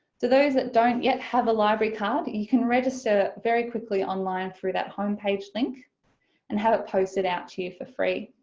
those that don't yet have a library card, you can register very quickly online through that homepage link and have it posted out to you for free.